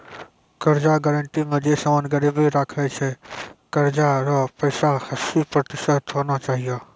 कर्जा गारंटी मे जे समान गिरबी राखै छै कर्जा रो पैसा हस्सी प्रतिशत होना चाहियो